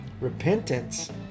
repentance